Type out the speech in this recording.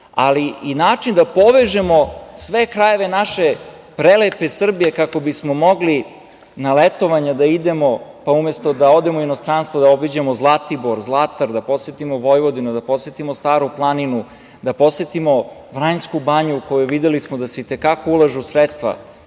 ali i način da povežemo sve krajeve naše prelepe Srbije kako bismo mogli na letovanja da idemo, pa umesto da odemo u inostranstvo da obiđemo Zlatibor, Zlatar, da posetimo Vojvodinu, da posetimo Staru planinu, da posetimo Vranjsku banju u koju smo videli da se i te kako ulažu sredstva. Pozivam